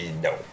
No